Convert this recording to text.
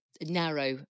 narrow